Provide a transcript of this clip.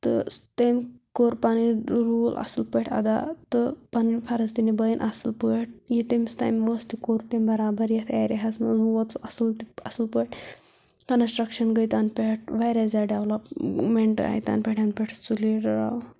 تہِ تم کوٚر پنٕنۍ روٗل طرٖلعظ اصِل پٲٹھۍ ادا تہٕ پنٕنۍ فرض تہِ نِبٲوِن اصِل پٲٹھۍ یہِ تٔمِس تہِ کوٚر تم برابر یتھ ایریاہس منٛز ووٗت سُہ اصِل پٲٹھۍ کنسٹرکشن گٔے تنہِ پیٹھ واریاہ زیادٕ ڈیولپمینٹ آیہِ تنہٕ پیٹھ ینہٕ پیٹھ سُہ لیڈر آو